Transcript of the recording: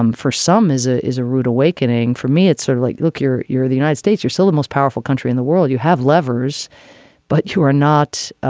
um for some is it is a rude awakening for me it's sort of like look here you're the united states you're still the most powerful country in the world you have levers but you are not